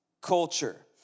culture